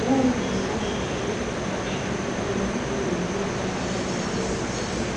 Gari ambalo linatumika kusafirisha maji yaliyo safi na salama,